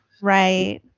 Right